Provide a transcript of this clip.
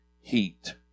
heat